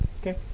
Okay